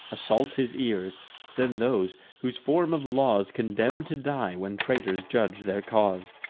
assault his ears then those, whom form of laws condemn'd to die, when traitors judg'd their cause.